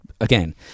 Again